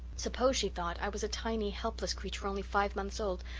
suppose, she thought, i was a tiny, helpless creature only five months old,